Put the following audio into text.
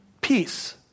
peace